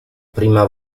prima